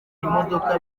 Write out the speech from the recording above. imodoka